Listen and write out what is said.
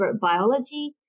biology